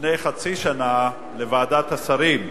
לפני חצי שנה לוועדת השרים,